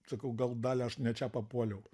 sakau gal dalia aš ne čia papuoliau